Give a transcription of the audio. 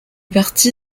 parti